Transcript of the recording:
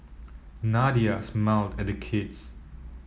Nadia smiled at the kids